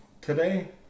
today